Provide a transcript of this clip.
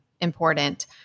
important